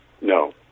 No